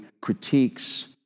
critiques